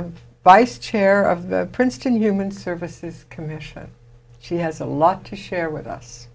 formerly vice chair of the princeton human services commission she has a lot to share with us